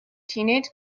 teenage